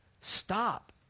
stop